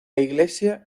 iglesia